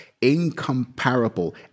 incomparable